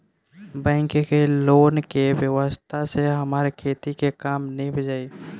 bank के loan के व्यवस्था से हमार खेती के काम नीभ जाई